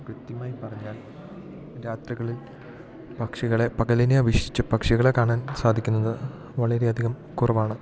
കൃത്യമായി പറഞ്ഞാൽ രാത്രികളിൽ പക്ഷികളെ പകലിനെ അപേക്ഷിച്ച് പക്ഷികളെ കാണാൻ സാധിക്കുന്നത് വളരെ അധികം കുറവാണ്